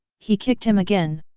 he kicked him again.